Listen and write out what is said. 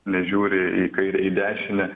nežiūri į kairę į dešinę